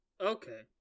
Okay